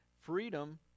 freedom